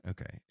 Okay